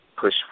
push